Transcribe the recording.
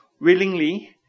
willingly